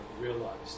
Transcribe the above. realized